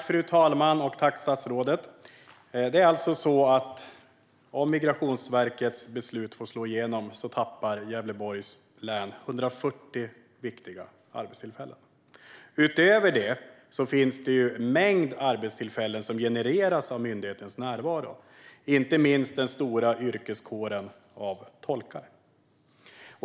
Fru talman! Tack, statsrådet! Om Migrationsverkets beslut får gå igenom tappar Gävleborgs län alltså 140 viktiga arbetstillfällen. Utöver detta finns en mängd arbetstillfällen som genereras av myndighetens närvaro, inte minst den stora yrkeskåren av tolkar.